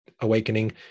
awakening